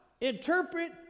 Interpret